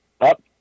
up